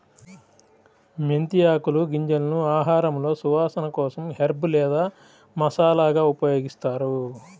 మెంతి ఆకులు, గింజలను ఆహారంలో సువాసన కోసం హెర్బ్ లేదా మసాలాగా ఉపయోగిస్తారు